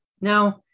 Now